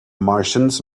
martians